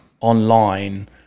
online